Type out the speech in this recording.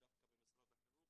דווקא במשרד החינוך,